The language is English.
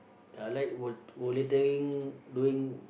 I like volu~ volunteering doing